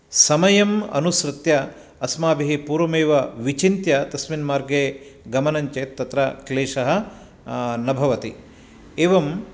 समयम् अनुसृत्य अस्माभिः पूर्वमेव विचिन्त्य तस्मिन् मार्गे गमनं चेत् तत्र क्लेशः न भवति एवं